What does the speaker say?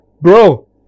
Bro